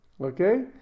Okay